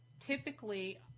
Typically